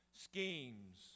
schemes